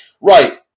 right